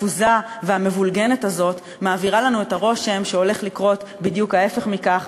החפוזה והמבולגנת הזאת מעבירה לנו את הרושם שהולך לקרות בדיוק ההפך מכך,